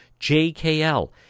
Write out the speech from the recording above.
jkl